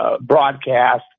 broadcast